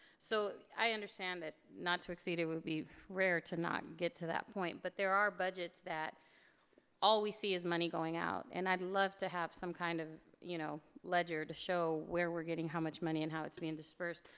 so i understand that not to exceed it would be rare to not get to that point but there are budgets that all we see is money going out and i'd love to have some kind of you know ledger to show where we're getting how much money and how it's being dispersed.